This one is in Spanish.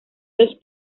los